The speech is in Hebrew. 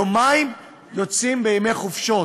יומיים יוצאים בימי חופשות.